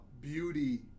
beauty